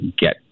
get